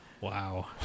Wow